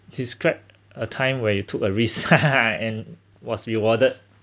describe a time where you took a risk and was rewarded